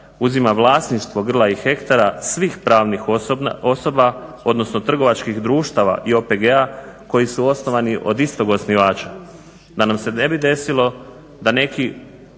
uzima vlasništvo grla i hektara svih pravnih osoba, odnosno trgovačkih društava i OPG-a koji su osnovani od istog osnivača. Da nam se ne bi desilo da neki